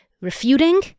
refuting